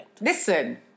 listen